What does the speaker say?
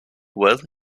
with